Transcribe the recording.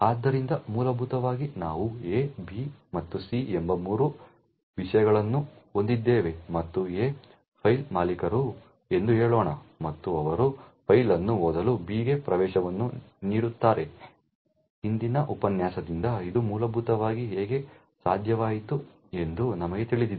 ಆದ್ದರಿಂದ ಮೂಲಭೂತವಾಗಿ ನಾವು A B ಮತ್ತು C ಎಂಬ ಮೂರು ವಿಷಯಗಳನ್ನು ಹೊಂದಿದ್ದೇವೆ ಮತ್ತು A ಫೈಲ್ನ ಮಾಲೀಕರು ಎಂದು ಹೇಳೋಣ ಮತ್ತು ಅವರು ಫೈಲ್ ಅನ್ನು ಓದಲು B ಗೆ ಪ್ರವೇಶವನ್ನು ನೀಡುತ್ತಾರೆ ಹಿಂದಿನ ಉಪನ್ಯಾಸದಿಂದ ಇದು ಮೂಲಭೂತವಾಗಿ ಹೇಗೆ ಸಾಧ್ಯವಾಯಿತು ಎಂದು ನಮಗೆ ತಿಳಿದಿದೆ